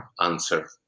answer